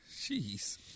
Jeez